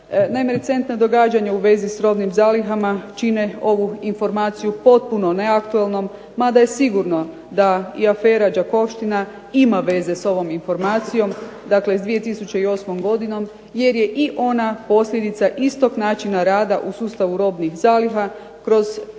Naime, recentna događanja u vezi s robnim zalihama čine ovu informaciju potpuno neaktualnom, mada je sigurno da i afera "Đakovština" ima veze s ovom informacijom, dakle s 2008. godinom jer je i ona posljedica istog načina rada u sustavu robnih zaliha kroz jedno